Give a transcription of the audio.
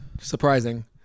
Surprising